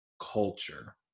culture